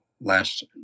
last